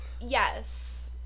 Yes